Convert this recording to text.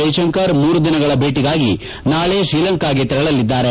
ಜೈಶಂಕರ್ ಮೂರು ದಿನಗಳ ಭೇಟಗಾಗಿ ನಾಳೆ ಶ್ರೀಲಂಕಾಗೆ ತೆರಳಲಿದ್ದಾರೆ